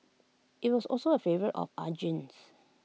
IT was also A favourite of Arjun's